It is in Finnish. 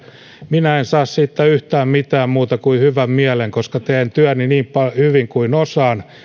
minä en saa siitä yhtään mitään muuta kuin hyvän mielen koska teen työni niin hyvin kuin osaan